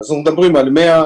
אז מדברים על 100,